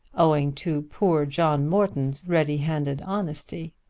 owing to poor john morton's ready-handed honesty!